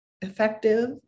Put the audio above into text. effective